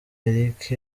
eric